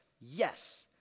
yes